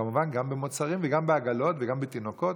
כמובן גם במוצרים, גם בעגלות וגם לתינוקות.